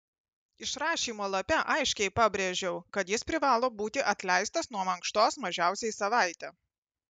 išrašymo lape aiškiai pabrėžiau kad jis privalo būti atleistas nuo mankštos mažiausiai savaitę